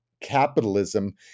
capitalism